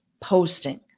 posting